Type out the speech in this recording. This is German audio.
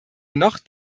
noch